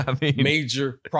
major